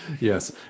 Yes